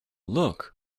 look